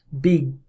big